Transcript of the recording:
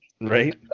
Right